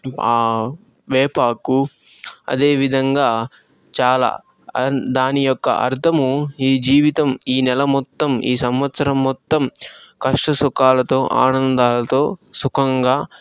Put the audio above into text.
వేపాకు అదేవిధంగా చాలా దాని యొక్క అర్ధము ఈ జీవితం ఈనెల మొత్తం ఈ సంవత్సరం మొత్తం కష్టసుఖాలతో ఆనందాలతో సుఖంగా అదేవిధంగా